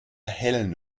hellen